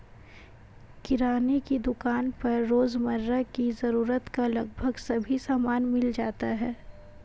किराने की दुकान पर रोजमर्रा की जरूरत का लगभग सभी सामान मिल जाता है